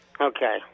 Okay